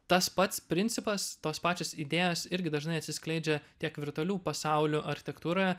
tas pats principas tos pačios idėjos irgi dažnai atsiskleidžia tiek virtualių pasaulių architektūroje